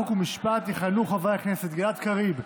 חוק ומשפט יכהנו חברי הכנסת גלעד קריב,